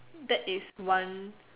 that is one